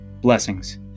Blessings